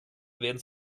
werden